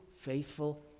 faithful